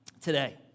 today